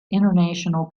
international